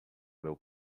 meu